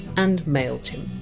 and mailchimp.